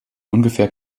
ungefähr